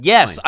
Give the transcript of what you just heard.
Yes